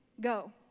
go